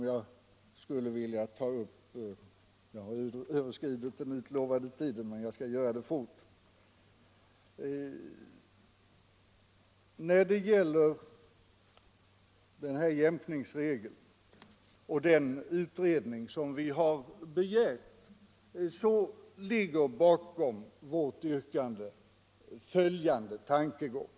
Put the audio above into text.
Jag vill också ta upp jämkningsregeln och den utredning vi har begärt. Jag har visserligen överskridit den utlovade tiden, men jag skall fatta mig kort. Bakom vårt yrkande ligger följande tankegång.